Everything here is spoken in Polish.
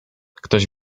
ktoś